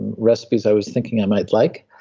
recipes i was thinking i might like,